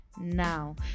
Now